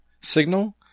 signal